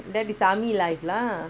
that is army life lah